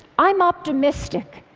i'm optimistic.